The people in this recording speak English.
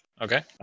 Okay